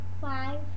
Five